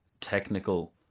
technical